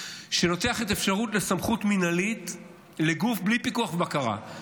שפותחת אפשרות לסמכות מינהלית לגוף בלי פיקוח ובקרה.